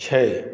छै